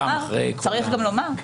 אנחנו לא יכולים לממש אותם,